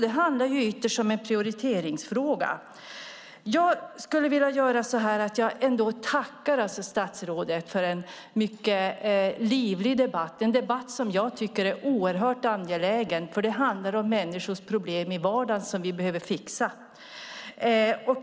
Det handlar ytterst om en prioriteringsfråga. Jag tackar ändå statsrådet för en livlig debatt. Det är en debatt som jag tycker är oerhört angelägen. Det handlar om människors problem i vardagen som vi behöver fixa.